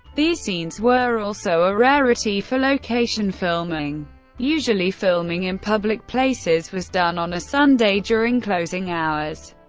these scenes were also a rarity for location filming usually filming in public places was done on a sunday during closing hours,